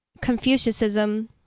confucianism